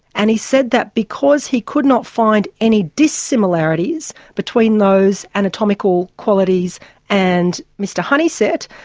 and he said that because he could not find any dissimilarities between those anatomical qualities and mr honeysett,